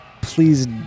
Please